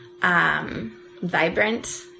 Vibrant